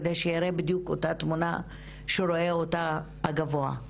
כדי שיראה בדיוק אותה תמונה שרואה אותה הגבוה.